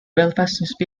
belfast